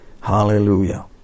Hallelujah